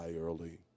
early